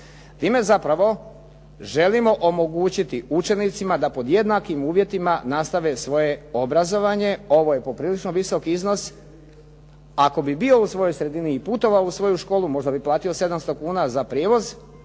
Time zapravo želimo omogućiti učenicima da pod jednakim uvjetima nastave svoje obrazovanje, ovo je poprilično visok iznos. Ako bi bio u svojoj sredini i putovao u svojoj školi možda bi platio 700 kuna za prijevoz,